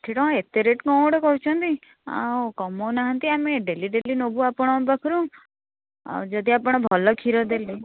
ଷାଠିଏ ଟଙ୍କା ଏତେ ରେଟ୍ କ'ଣ ଗୋଟେ କହୁଛନ୍ତି ଆଉ କମାଉ ନାହାଁନ୍ତି ଆମେ ଡେଲି ଡେଲି ନେବୁ ଆପଣଙ୍କ ପାଖରୁ ଆଉ ଯଦି ଆପଣ ଭଲ କ୍ଷୀର ଦେଲେ